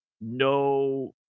no